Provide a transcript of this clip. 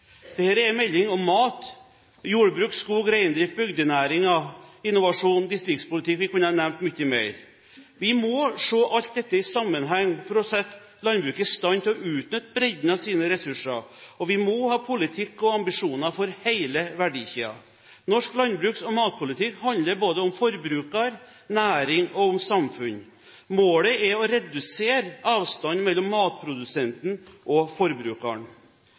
er en melding om mat, jordbruk, skog, reindrift, bygdenæringer, innovasjon og distriktspolitikk – vi kunne nevnt mye mer. Vi må se alt dette i sammenheng for å sette landbruket i stand til å utnytte bredden av sine ressurser, og vi må ha politikk og ambisjoner for hele verdikjeden. Norsk landbruks- og matpolitikk handler både om forbruker, om næring og om samfunn. Målet er å redusere avstanden mellom matprodusenten og forbrukeren.